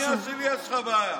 רק עם האוזנייה שלי יש לך בעיה.